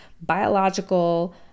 biological